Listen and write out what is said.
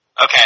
Okay